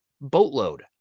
boatload